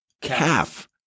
calf